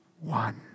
one